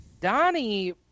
Donnie